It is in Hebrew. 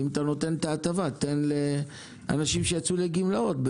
כך שאם אתה נותן הטבה תן אותה לאנשים שיצאו לגמלאות,